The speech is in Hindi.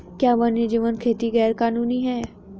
क्या वन्यजीव खेती गैर कानूनी है?